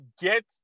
get